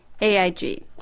AIG